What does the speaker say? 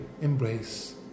embrace